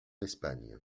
espagne